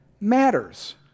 matters